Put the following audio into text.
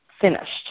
finished